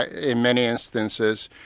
ah in many instances,